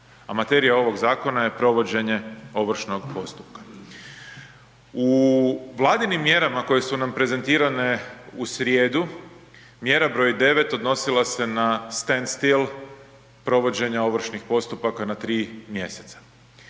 materija ovog zakona je provođenje ovršnog postupka. U vladinim mjerama koje su nam prezentirane u srijedu, mjera broj 9 odnosila se na stand still provođenja ovršnih postupak na tri mjeseca.